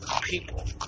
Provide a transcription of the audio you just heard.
people